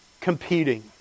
competing